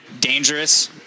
Dangerous